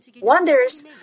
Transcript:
Wonders